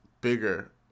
bigger